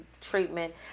treatment